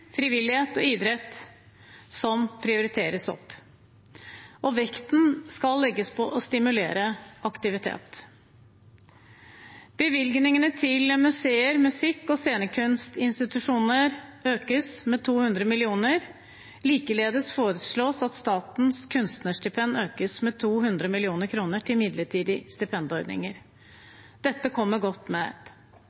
frivillighet og idrett som prioriteres opp. Vekten skal legges på å stimulere aktivitet. Bevilgningene til museer, musikk og scenekunstinstitusjoner økes med 200 mill. kr. Likeledes foreslås at Statens kunstnerstipend økes med 200 mill. kr til midlertidige stipendordninger.